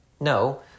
No